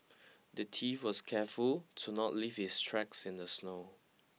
the thief was careful to not leave his tracks in the snow